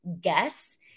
guess